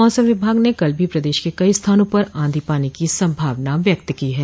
मौसम विभाग ने कल भी प्रदेश के कई स्थानों पर आंधी पानी की संभावना व्यक्त की है